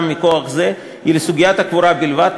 מכוח חוק זה היא לסוגיית הקבורה בלבד,